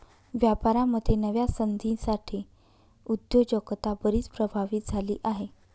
व्यापारामध्ये नव्या संधींसाठी उद्योजकता बरीच प्रभावित झाली आहे